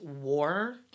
war